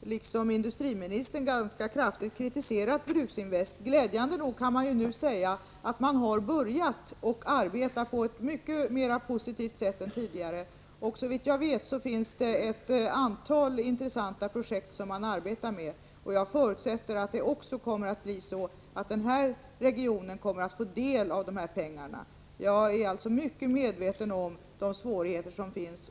liksom industriministern, ganska kraftigt kritiserat Bruksinvest. Glädjande nog kan nu sägas att man har börjat arbeta på ett mycket mer positivt sätt än tidigare. Såvitt jag vet finns det ett antal intressanta projekt som man arbetar med. Jag förutsätter att också den här aktuella regionen kommer att få del av pengarna. Jag är alltså mycket medveten om de svårigheter som finns.